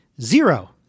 zero